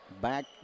Back